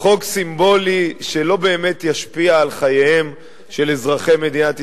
חוק סימבולי שלא באמת ישפיע על חייהם של אזרחי מדינת ישראל.